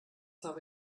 habe